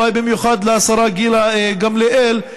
אולי במיוחד לשרה גילה גמליאל,